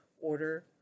order